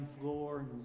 floor